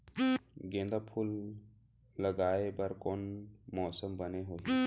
गेंदा फूल लगाए बर कोन मौसम बने होही?